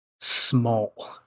small